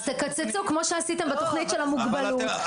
--- אז תקצצו כמו שעשיתם בתוכנית של המוגבלות.